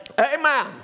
Amen